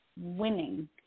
winning